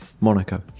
Monaco